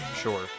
Sure